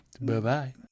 bye-bye